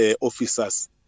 officers